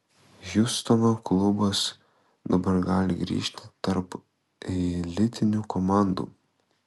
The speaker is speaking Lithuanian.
hjustono klubas dabar gali grįžti tarp elitinių komandų